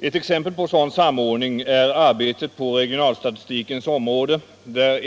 Ett exempel på sådan samordning är arbetet på regionalstatistikens område.